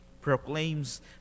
proclaims